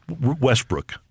Westbrook